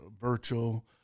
virtual